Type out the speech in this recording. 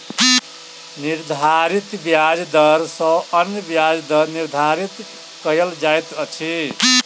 निर्धारित ब्याज दर सॅ अन्य ब्याज दर निर्धारित कयल जाइत अछि